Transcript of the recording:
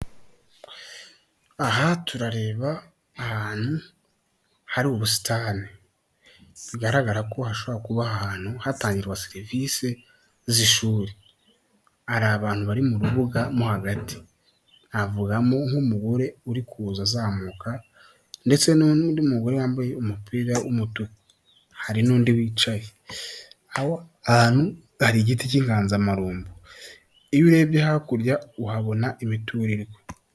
Aha turareba ahantu hari ubusitani bigaragara ko hashobora kuba aha hantu hatangirwa serivisi z'ishuri. Hari abantu bari mu rubuga mo hagati, navugamo nk'umugore uri kuza azamuka ndetse n'undi mugore wambaye umupira w'umutuku, hari n'undi wicaye. Aha hantu hari igiti cy'inganzamarumbo. Iyo urebye hakurya uhabona imiturirwa.